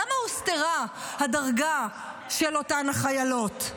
למה הוסתרה הדרגה של אותן החיילות?